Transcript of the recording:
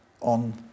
on